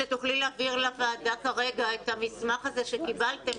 כדאי שתעבירי לוועדה כרגע את המסמך הזה שקיבלתם,